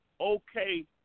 okay